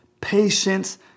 patience